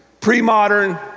pre-modern